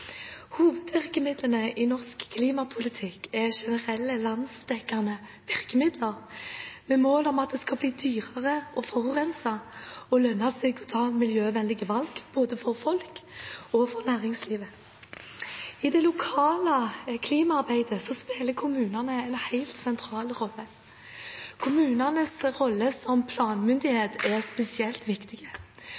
Hovedvirkemidlene i norsk klimapolitikk er generelle landsdekkende virkemidler, med mål om at det skal bli dyrere å forurense og lønne seg å ta miljøvennlige valg, både for folk og for næringslivet. I det lokale klimaarbeidet spiller kommunene en helt sentral rolle. Kommunenes rolle som